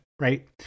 right